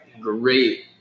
Great